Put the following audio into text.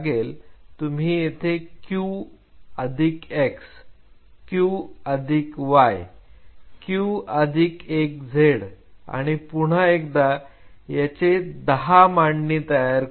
तुम्ही येथे Q अधिक x Q अधिक y Qअधिक एक zआणि पुन्हा एकदा याचे 10 मांडणी तयार करू